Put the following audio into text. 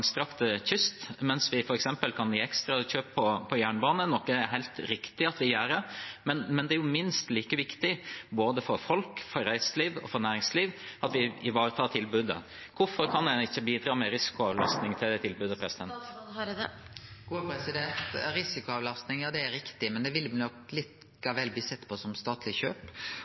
kyst, mens vi f.eks. kan gi ekstra kjøp på jernbane – noe som er helt riktig at vi gjør. Men det er minst like viktig for folk, for reiseliv og for næringsliv at vi ivaretar dette tilbudet. Hvorfor kan man ikke bidra med risikoavlastning til det tilbudet? Risikoavlastning – det er riktig, men det vil nok likevel bli sett på som statleg kjøp.